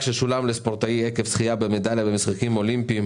ששולם לספורטאי עקב זכייה במדליה במשחקים האולימפיים